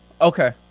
Okay